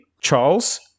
Charles